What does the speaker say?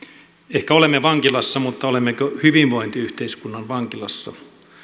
ehkä olemme vankilassa mutta olemmeko hyvinvointiyhteiskunnan vankilassa